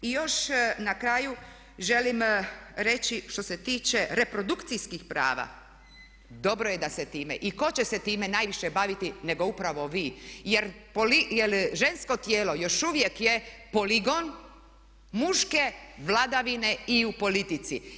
I još na kraju želim reći što se tiče reprodukcijskih prva dobro je da se time i ko će se time najviše baviti nego upravo vi, jer žensko tijelo još uvijek je poligon muške vladavine i u politici.